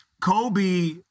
Kobe